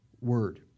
word